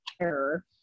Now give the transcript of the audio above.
terror